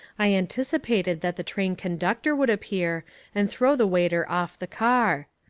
i anticipated that the train conductor would appear and throw the waiter off the car.